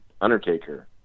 Undertaker